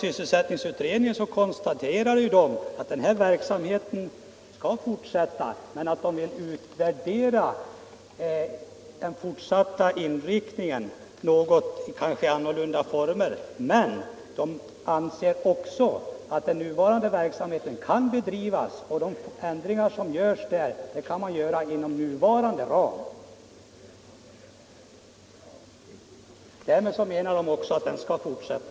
Sysselsättningsutredningen konstaterar ju att IKS-verksamheten skall fortsätta, men att det är lämpligt att överväga en inriktning av verksamheten mot något ändrade former. Utredningen anser emellertid att ändringarna kan göras inom nuvarande ramar. Utredningen menar därmed att verksamheten skall fortsätta.